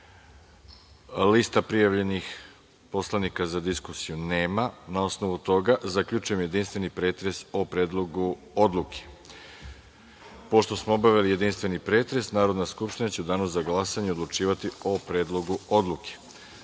(Ne.)Liste prijavljenih poslanika za diskusiju nema i, na osnovu toga, zaključujem jedinstveni pretres o Predlogu odluke. Pošto smo obavili jedinstveni pretres, Narodna skupština će u danu za glasanje odlučivati o Predlogu odluke. Sa